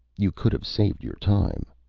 you could have saved your time.